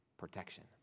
protection